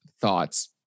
thoughts